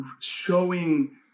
showing